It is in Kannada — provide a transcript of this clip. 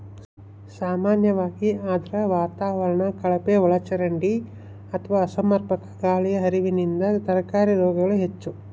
ಸಾಮಾನ್ಯವಾಗಿ ಆರ್ದ್ರ ವಾತಾವರಣ ಕಳಪೆಒಳಚರಂಡಿ ಅಥವಾ ಅಸಮರ್ಪಕ ಗಾಳಿಯ ಹರಿವಿನಿಂದ ತರಕಾರಿ ರೋಗಗಳು ಹೆಚ್ಚು